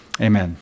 amen